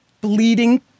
bleeding